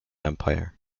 empire